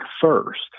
first